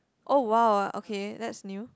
oh !wah! okay that's new